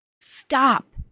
Stop